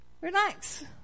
relax